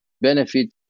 benefit